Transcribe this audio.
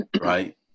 Right